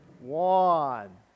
one